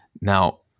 Now